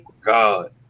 God